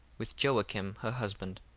with joacim her husband,